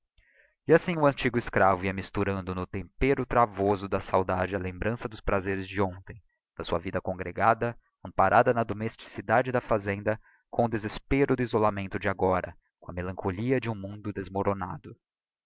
e assim o antigo escravo ia misturando no tempero travoso da saudade a lembrança dos prazeres de hontem da sua vida congregada amparada na domesticidade da fazenda com o desespero do isolamento de agora com a melancolia de um mundo desmoronado